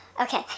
Okay